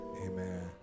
Amen